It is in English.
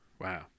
Wow